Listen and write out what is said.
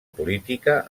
política